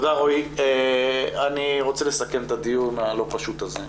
אני רוצה לסכם את הדיון הלא פשוט הזה.